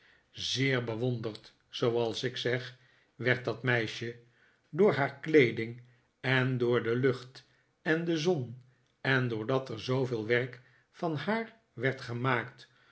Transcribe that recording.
zeer bewonderd zooals ik zeg werd dat meisje door haar kleeding en door de lucht en de zon en doordat er zooveel werk van haar werd gemaakt